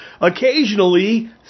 occasionally